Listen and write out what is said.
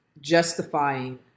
justifying